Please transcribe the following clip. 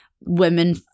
women